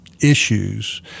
issues